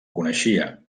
coneixia